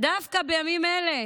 דווקא בימים אלה,